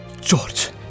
George